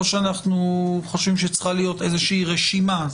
או שאנחנו חושבים שצריכה להיות איזושהי רשימה?